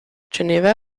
geneva